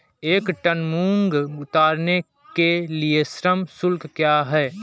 एक टन मूंग उतारने के लिए श्रम शुल्क क्या है?